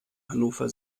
hannover